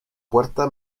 puerta